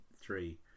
three